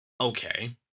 Okay